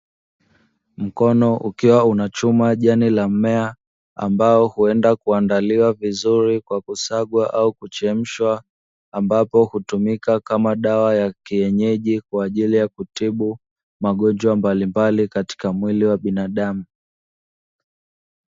Mkono ukiwa una chuma jani la mmea ambao huenda kuandaliwa vizuri kwa kusagwa au kuchemsha, ambapo hutumika kama dawa ya kienyeji kwa ajili ya kutibu magonjwa mbalimbali katika mwili wa binadamu.